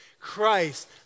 Christ